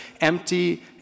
Empty